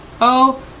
Oh